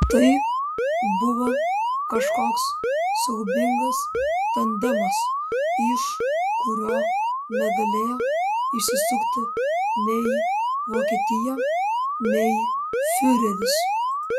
tai buvo kažkoks siaubingas tandemas iš kurio negalėjo išsisukti nei vokietija nei fiureris